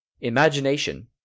Imagination